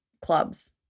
clubs